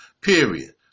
period